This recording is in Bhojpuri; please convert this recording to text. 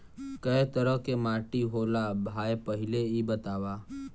कै तरह के माटी होला भाय पहिले इ बतावा?